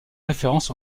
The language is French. référence